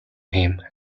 him